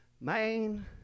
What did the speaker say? main